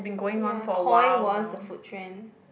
ya Koi was the food trend